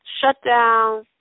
shutdown